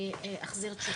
אבל אני אחזור עם זה.